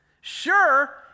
Sure